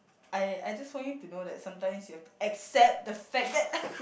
I I just want you to know that sometimes you have to accept the fact that